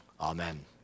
Amen